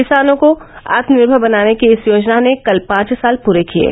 किसानों को आत्मनिर्भर बनाने की इस योजना ने कल पांच साल पूरे किये